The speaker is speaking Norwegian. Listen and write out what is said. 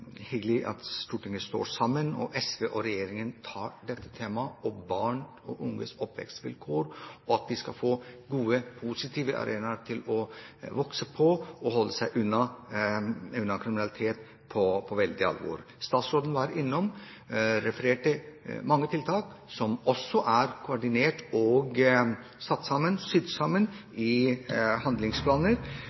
at Stortinget står sammen med regjeringen – og SV – om dette temaet, om barn og unges oppvekstvilkår, at de skal få gode, positive arenaer å vokse opp i, og holde seg unna alvorlig kriminalitet. Statsråden refererte til mange tiltak som også er koordinert og sydd sammen i handlingsplaner,